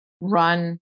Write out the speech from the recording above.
run